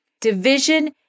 division